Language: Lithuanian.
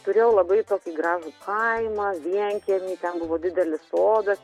turėjau labai tokį gražų kaimą vienkiemį ten buvo didelis sodas